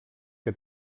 que